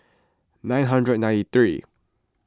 nine hundred ninety three